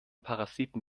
parasiten